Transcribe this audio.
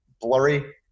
blurry